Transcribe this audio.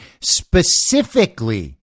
specifically